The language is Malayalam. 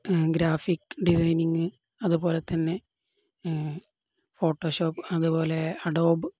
ഗ്രാഫിക് ഡിസൈനിങ് അതുപോലെ തന്നെ ഫോട്ടോഷോപ്പ് അതുപോലെ അഡോബ്